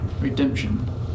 redemption